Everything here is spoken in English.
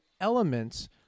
elements